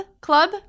Club